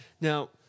Now